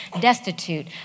destitute